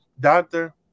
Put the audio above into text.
Doctor